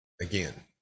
again